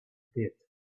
pit